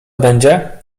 będzie